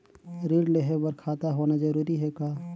ऋण लेहे बर खाता होना जरूरी ह का?